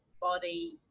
body